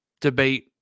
debate